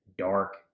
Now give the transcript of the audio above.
dark